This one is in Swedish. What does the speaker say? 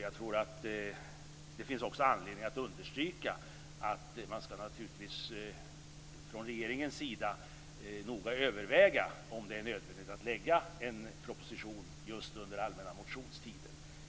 Jag tror att det också finns anledning att understryka att regeringen noga skall överväga om det är nödvändigt att lägga fram propositioner just under allmänna motionstiden.